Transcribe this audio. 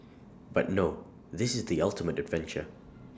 but no this is the ultimate adventure